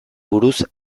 buruz